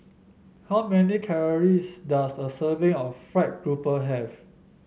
how many calories does a serving of fried grouper have